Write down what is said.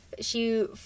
she-